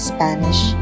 Spanish